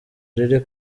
riri